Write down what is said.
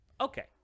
Okay